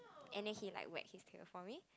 and then he like wag his tail for me